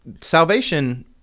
salvation